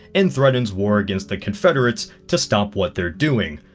and threatens war against the confederates. to stop what they're doing.